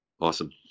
Awesome